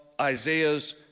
Isaiah's